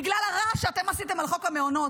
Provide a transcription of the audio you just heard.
בגלל הרעש שאתם עשיתם על חוק המעונות,